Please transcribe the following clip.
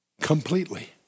completely